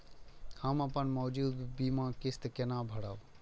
हम अपन मौजूद बीमा किस्त केना भरब?